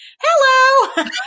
Hello